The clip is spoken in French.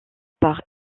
par